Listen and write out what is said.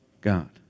God